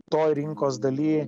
toj rinkos daly